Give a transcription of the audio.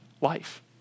life